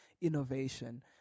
innovation